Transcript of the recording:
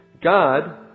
God